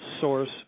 source